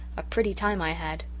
a pretty time i had!